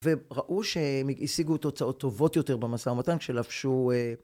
וראו שהשיגו תוצאות טובות יותר במסע המתן כשלפשו...